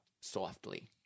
softly